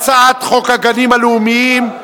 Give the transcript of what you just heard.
הצעת חוק הגנים הלאומיים,